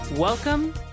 Welcome